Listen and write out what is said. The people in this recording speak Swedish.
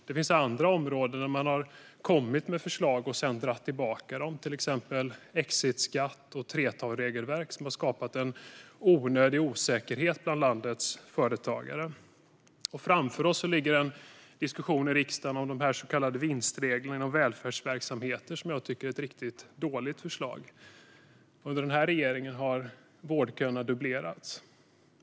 Det finns andra områden där man har kommit med förslag och sedan dragit tillbaka dem, till exempel om exitskatt och 3:12-regelverk. Detta har skapat en onödig osäkerhet bland landets företagare. Framför oss ligger en diskussion i riksdagen om de så kallade vinstreglerna för välfärdsverksamheter. Detta tycker jag är ett riktigt dåligt förslag. Under den här regeringen har vårdköerna dubblerats.